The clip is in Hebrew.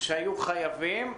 שהיו חייבים.